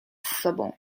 sobą